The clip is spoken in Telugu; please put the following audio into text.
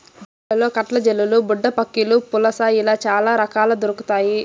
చేపలలో కట్ల, జల్లలు, బుడ్డపక్కిలు, పులస ఇలా చాల రకాలు దొరకుతాయి